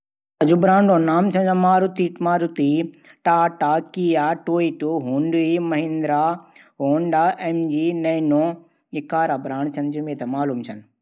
फलो कू नाम आम सेव पपीता अगूर संतरा अमरूद नाशपाती केला अनार